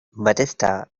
batista